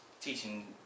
teaching